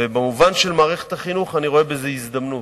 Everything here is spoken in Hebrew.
ובמובן של מערכת החינוך אני רואה בזה הזדמנות,